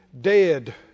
dead